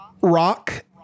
rock